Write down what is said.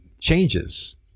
changes